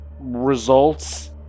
results